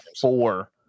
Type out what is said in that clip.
four